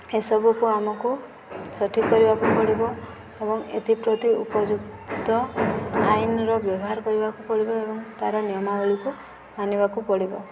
ଏସବୁକୁ ଆମକୁ ସଠିକ୍ କରିବାକୁ ପଡ଼ିବ ଏବଂ ଏଥିପ୍ରତି ଉପଯୁକ୍ତ ଆଇନର ବ୍ୟବହାର କରିବାକୁ ପଡ଼ିବ ଏବଂ ତା'ର ନିୟମାବଳୀକୁ ମାନିବାକୁ ପଡ଼ିବ